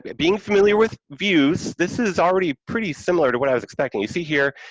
being familiar with views, this is already pretty similar to what i was expecting. you see here,